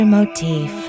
Motif